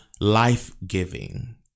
life-giving